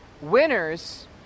winners